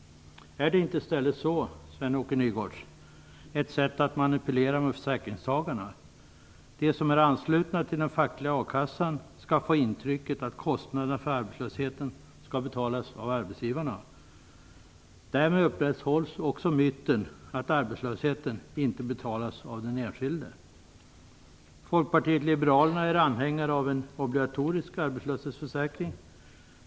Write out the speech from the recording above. Är det inte i stället så, Sven-Åke Nygårds, att det är ett sätt att manipulera med försäkringstagarna? De som är anslutna till den fackliga a-kassan skall få intrycket att kostnaderna för arbetslösheten skall betalas av arbetsgivarna. Därmed upprätthålls också myten att arbetslösheten inte betalas av den enskilde. Folkpartiet liberalerna är anhängare av en obligatorisk arbetslöshetsförsäkring.